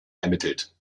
ermittelt